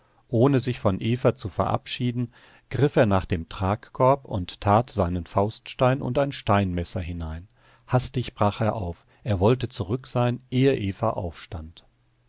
ohne sich von eva zu verabschieden griff er nach dem tragkorb und tat seinen fauststein und ein steinmesser hinein hastig brach er auf er wollte zurück sein ehe eva aufstand